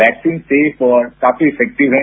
vaccine safe और काफी effective है